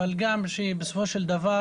אבל גם שבסופו של דבר